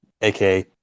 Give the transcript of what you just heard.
AKA